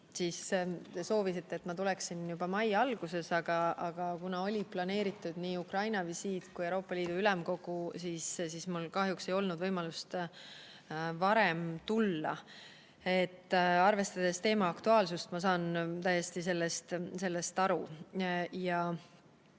te soovisite, et ma tuleksin siia juba mai alguses, aga kuna olid planeeritud nii Ukraina visiit kui ka Euroopa Liidu Ülemkogu, siis mul kahjuks ei olnud võimalust varem tulla. Arvestades teema aktuaalsust, ma saan sellest täiesti aru